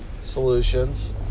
solutions